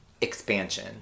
expansion